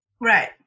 Right